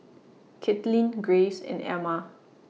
Katlin Graves and Emma